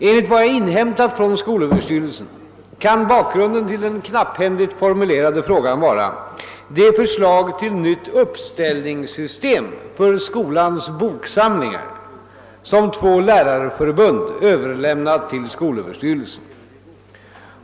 Enligt vad jag inhämtat från skolöverstyrelsen kan bakgrunden till den knapphändigt formulerade frågan vara det förslag till nytt uppställningssystem för skolans boksamlingar som två lärarförbund överlämnat till skolöverstyrelsen.